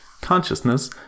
consciousness